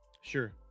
Sure